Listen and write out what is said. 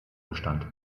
bestand